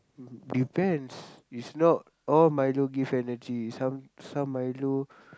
depends is not all Milo give energy some some milo